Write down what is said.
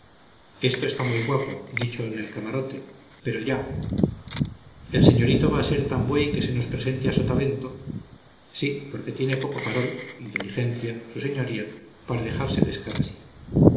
esto está muy guapo dicho en el camarote pero ya el señorito va a ser tan buey que se nos presente a sotavento sí porque tiene poco farol inteligencia su señoría para dejarse pescar así